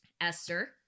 Esther